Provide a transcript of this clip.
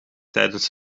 tijdens